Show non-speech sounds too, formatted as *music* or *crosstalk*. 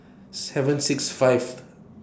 seven *noise* six five *noise*